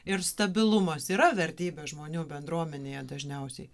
ir stabilumas yra vertybė žmonių bendruomenėje dažniausiai